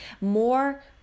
more